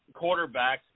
quarterbacks